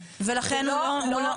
נהדר, ולכן לא --- לא.